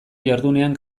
jardunean